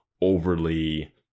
overly